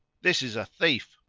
this is a thief!